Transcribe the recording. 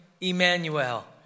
Emmanuel